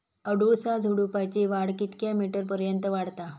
अडुळसा झुडूपाची वाढ कितक्या मीटर पर्यंत वाढता?